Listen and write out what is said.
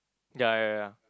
ya ya ya